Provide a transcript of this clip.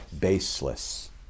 baseless